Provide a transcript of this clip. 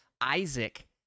Isaac